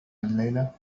الليلة